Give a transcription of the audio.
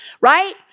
right